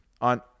on